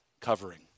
covering